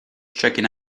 checking